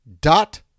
dot